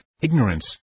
ignorance